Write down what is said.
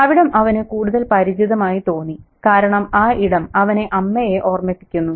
അവിടം അവനു കൂടുതൽ പരിചിതമായി തോന്നി കാരണം ആ ഇടം അവനെ അമ്മയെ ഓർമിപ്പിക്കുന്നു